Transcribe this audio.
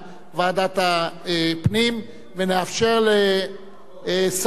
נמתין עם ועדת הפנים ונאפשר לשר התחבורה להשיב על שאילתא דחופה,